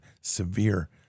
severe